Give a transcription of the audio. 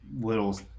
little